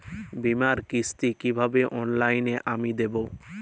বীমার কিস্তি কিভাবে অনলাইনে আমি দেবো?